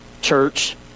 church